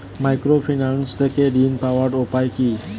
Microfinance থেকে ঋণ পাওয়ার উপায় কি?